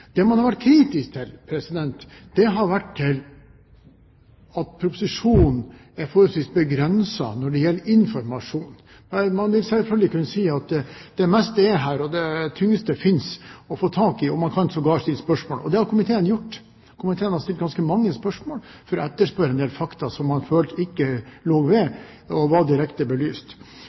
når det gjelder informasjon. Man vil selvfølgelig kunne si at det meste er her, og det tyngste fins å få tak i. Man har sågar kunnet stille spørsmål, og det har komiteen gjort. Komiteen har stilt ganske mange spørsmål for å etterspørre en del fakta som vi følte ikke lå ved eller var direkte belyst.